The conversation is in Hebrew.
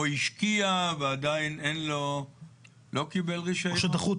זה קצת